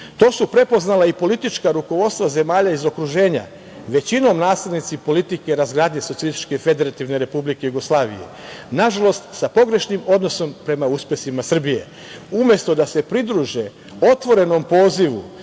su prepoznala i politička rukovodstva zemalja iz okruženja, većinom naslednici politike razgradnje Socijalističke Federativne Republike Jugoslavije, nažalost, sa pogrešnim odnosom prema uspesima Srbije, umesto da se pridruže otvorenom pozivu